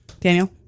Daniel